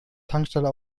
tankstelle